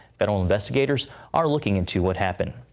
federal investigators are looking into what happened.